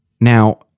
Now